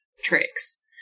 tricks